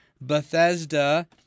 Bethesda